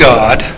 God